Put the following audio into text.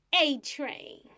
A-Train